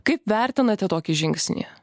kaip vertinate tokį žingsnį